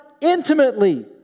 intimately